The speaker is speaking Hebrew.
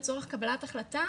לצורך קבלת החלטה